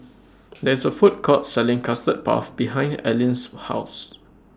There IS A Food Court Selling Custard Puff behind Aline's House